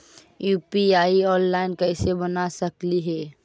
UPI online कैसे बना सकली हे?